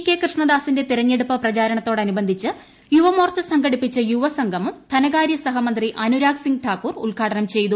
K കൃഷ്ണദാസിന്റെ തെരഞ്ഞെടുപ്പ് പ്രചാരണത്തോടനുബന്ധിച്ച് യുവമോർച്ച സംഘടിപ്പിച്ച യുവസംഗമം ധനകാര്യ സഹ മന്ത്രി അനുരാഗ് സിംഗ് ഠാക്കൂർ ഉദ്ഘാടനം ചെയ്തു